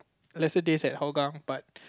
lesser days at Hougang but